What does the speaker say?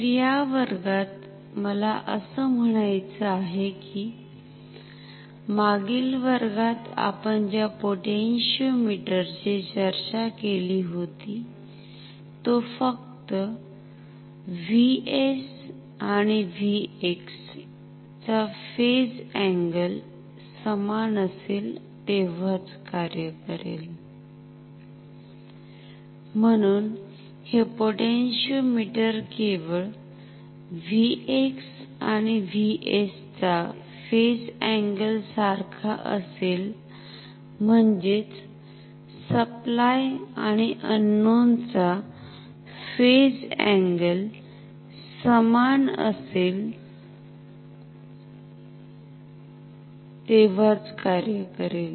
तर या वर्गात मला अस म्हणायचं आहे कि मागील वर्गात आपण ज्या पोटॅन्शिओमिटर ची चर्चा केली होती तो फक्त जेव्हा VS आणि VX चा फेज अँगल समान असेल तेव्हाच कार्य करेल म्हणून हे पोटॅन्शिओमिटर केवळ VX आणि VS चा फेज अँगल सारखा असेल म्हणजेच सप्लाय आणि अननोन चा फेज अँगल समान असेल तेव्हाच कार्य करेल